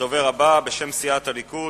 הדובר הבא, בשם סיעת הליכוד,